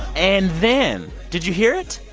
and then did you hear it?